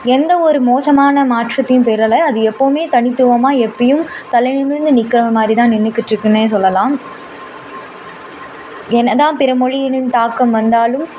எந்த ஒரு மோசமான மாற்றத்தையும் பெறலை அது எப்பவுமே தனித்துவமாக எப்போயும் தலை நிமிர்ந்து நிற்குற மாதிரி தான் நின்றுக்கிட்ருக்குன்னே சொல்லலாம் என்ன தான் பிறமொழியின் தாக்கம் வந்தாலும்